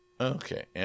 Okay